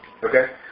Okay